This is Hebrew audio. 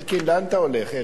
אלקין, לאן אתה הולך?